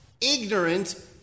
ignorant